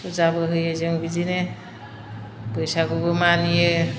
फुजाबो होयो जों बिदिनो बैसागुबो मानियो